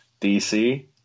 DC